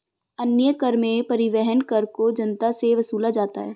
अन्य कर में परिवहन कर को जनता से वसूला जाता है